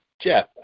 Jeff